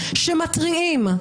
שמתריעים,